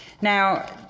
Now